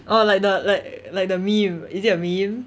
orh like the like like the meme is it a meme